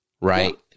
Right